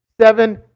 Seven